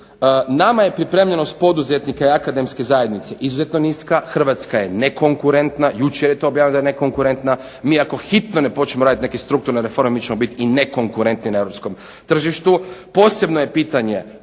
Nama je pripremljeno s poduzetnike i akademske zajednice izuzetno niska, Hrvatska je nekonkurentna, jučer je to objavljeno da je nekonkurentna, mi ako hitno ne počnemo raditi neke strukturne reforme mi ćemo biti i nekonkurentni na europskom tržištu. Posebno je pitanje